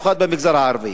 במיוחד במגזר הערבי.